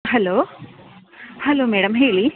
hello hello madam ಹೇಳಿ